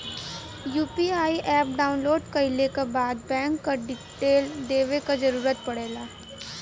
UPI app download कइले क बाद बैंक क डिटेल देवे क जरुरत पड़ेला